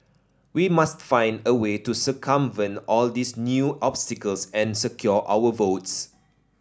we must find a way to circumvent all these new obstacles and secure our votes